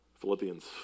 Philippians